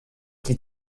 die